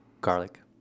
garlic